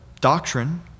doctrine